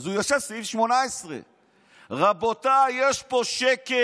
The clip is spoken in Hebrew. אז הוא יושב סביב 18. רבותיי, יש פה שקר.